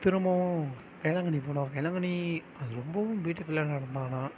திரும்பவும் வேளாங்கண்ணி போனோம் வேளாங்கண்ணி அது ரொம்பவும் பியூட்டிஃபுல்லான இடம் தான் ஆனால்